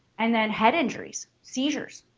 and then head injuries seizures,